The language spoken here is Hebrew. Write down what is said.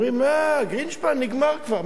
אומרים: אה, גרינשפן נגמר כבר.